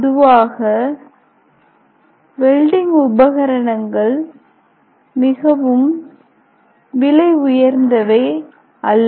பொதுவாக வெல்டிங் உபகரணங்கள் மிகவும் விலை உயர்ந்தவை அல்ல